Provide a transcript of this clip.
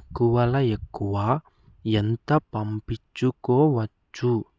ఎక్కువలో ఎక్కువ ఎంత పంపిచ్చుకోవచ్చు